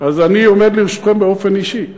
אז אני עומד לרשותכם באופן אישי,